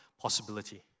possibility